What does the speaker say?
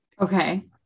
Okay